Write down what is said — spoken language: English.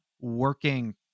working